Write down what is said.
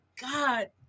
God